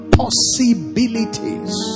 possibilities